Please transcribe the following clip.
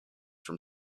from